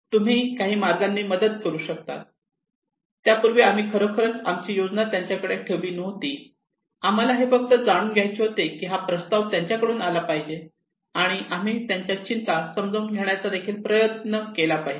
तुम्ही काही मार्गांनी मदत करू शकता त्यापूर्वी आम्ही खरोखरच आमची योजना त्यांच्याकडे ठेवली नव्हती आम्हाला हे फक्त जाणून घ्यायचे होते की हा प्रस्ताव त्यांच्याकडून आला पाहिजे आणि आम्ही त्यांच्या चिंता समजून घेण्याचा देखील प्रयत्न केला पाहिजे